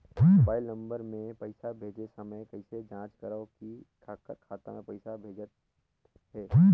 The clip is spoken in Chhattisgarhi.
मोबाइल नम्बर मे पइसा भेजे समय कइसे जांच करव की काकर खाता मे पइसा भेजात हे?